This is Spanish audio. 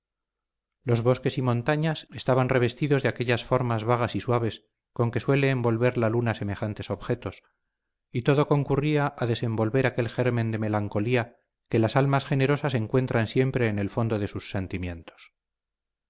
los bosques y montañas estaban revestidos de aquellas formas vagas y suaves con que suele envolver la luna semejantes objetos y todo concurría a desenvolver aquel germen de melancolía que las almas generosas encuentran siempre en el fondo de sus sentimientos